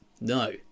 No